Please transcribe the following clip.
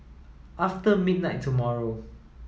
after midnight tomorrow